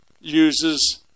uses